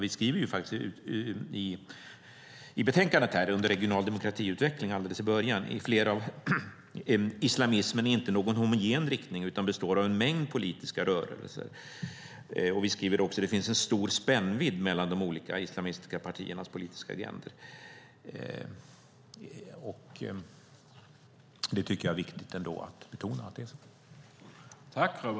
Vi skriver faktiskt i betänkandet, under rubriken "Regional demokratiutveckling", alldeles i början: "Islamismen är inte någon homogen riktning utan består av en mängd politiska rörelser". Vi skriver också: "Det finns en stor spännvidd mellan de olika islamistiska partiernas politiska agendor." Jag tycker att det är viktigt att betona att det är så.